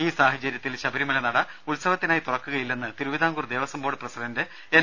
ഈ സാഹചര്യത്തിൽ ശബരിമല നട ഉത്സവത്തിനായി തുറക്കുകയില്ലെന്ന് Thiruvithamkoor Devaswom board president N